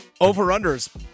Over-unders